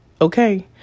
Okay